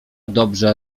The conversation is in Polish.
dobrze